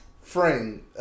frame